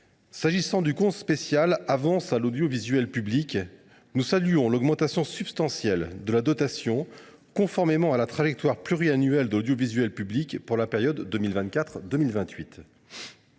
viens au compte spécial « Avances à l’audiovisuel public ». Nous saluons l’augmentation substantielle de la dotation, conformément à la trajectoire pluriannuelle de l’audiovisuel public pour la période 2024 2028.